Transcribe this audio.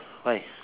why